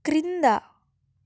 క్రింద